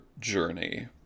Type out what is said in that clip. journey